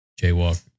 jaywalk